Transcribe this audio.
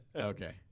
Okay